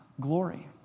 glory